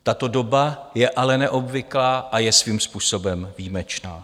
Tato doba je ale neobvyklá a je svým způsobem výjimečná.